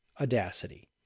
audacity